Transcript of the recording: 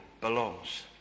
belongs